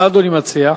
מה אדוני מציע?